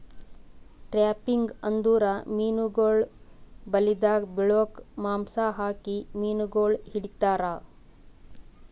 trapping ಅಂದುರ್ ಮೀನುಗೊಳ್ ಬಲೆದಾಗ್ ಬಿಳುಕ್ ಮಾಂಸ ಹಾಕಿ ಮೀನುಗೊಳ್ ಹಿಡಿತಾರ್